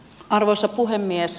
arvoisa puhemies